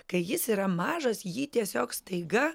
kai jis yra mažas jį tiesiog staiga